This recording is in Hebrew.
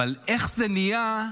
איך זה נהיה,